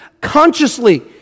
Consciously